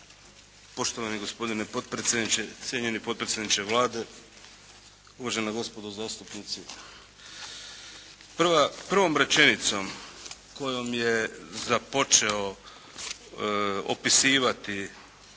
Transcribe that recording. Poštovani gospodine potpredsjedniče, cijenjeni potpredsjedniče Vlade, uvažena gospodo zastupnici. Prvom rečenicom kojom je započeo opisivati